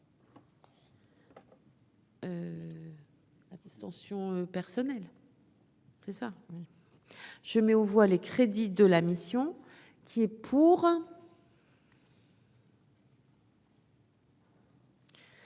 Abstention personnel c'est ça oui. Je mets aux voix les crédits de la mission. Qui est pour.